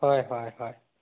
হয় হয় হয়